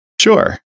Sure